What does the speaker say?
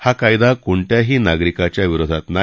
हा कायदा कोणत्याही नागरिकाच्या विरोधात नाही